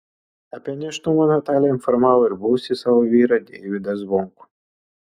apie nėštumą natalija informavo ir buvusį savo vyrą deivydą zvonkų